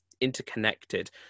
interconnected